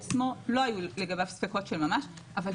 לא היו ספקות של ממש לגבי המודל בפני עצמו,